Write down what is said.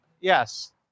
Yes